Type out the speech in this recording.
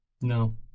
no